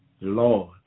Lord